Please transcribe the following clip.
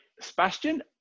Sebastian